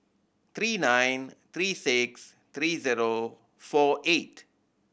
three nine three six three zero four eight